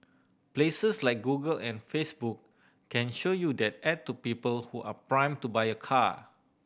places like Google and Facebook can show you that ad to people who are prime to buy a car